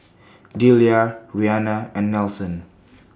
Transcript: Delia Reanna and Nelson